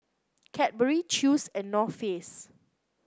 Cadbury Chew's and North Face